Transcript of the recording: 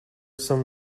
some